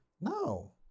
No